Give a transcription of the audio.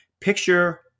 picture